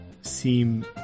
seem